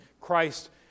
Christ